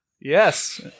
yes